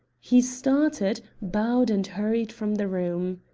he started, bowed and hurried from the room.